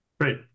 Great